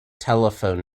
telephone